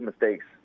mistakes